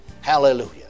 Hallelujah